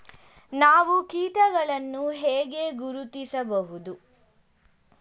ನಾವು ಕೀಟಗಳನ್ನು ಹೇಗೆ ಗುರುತಿಸಬಹುದು?